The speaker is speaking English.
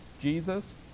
Jesus